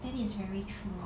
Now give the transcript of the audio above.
that is very true